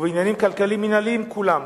ובעניינים הכלכליים-מינהליים כולם.